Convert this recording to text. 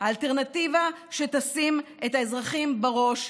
האלטרנטיבה שתשים את האזרחים בראש,